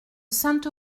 sainte